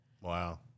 Wow